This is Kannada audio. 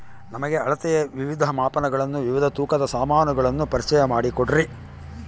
ನಮಗೆ ಅಳತೆಯ ವಿವಿಧ ಮಾಪನಗಳನ್ನು ವಿವಿಧ ತೂಕದ ಸಾಮಾನುಗಳನ್ನು ಪರಿಚಯ ಮಾಡಿಕೊಡ್ರಿ?